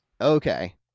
Okay